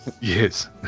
Yes